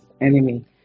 enemy